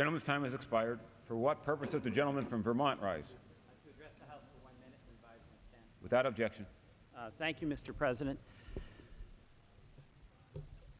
gentleman's time is expired for what purpose of the gentleman from vermont rise without objection thank you mr president